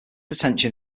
attention